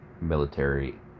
military